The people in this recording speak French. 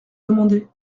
demander